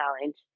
Challenge